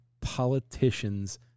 politicians